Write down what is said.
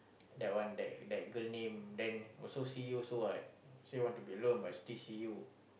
that one that that girl name then also see you so what say want to be alone but still see you